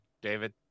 David